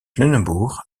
lunebourg